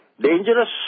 dangerous